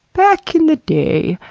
back in the day,